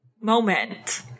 moment